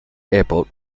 airport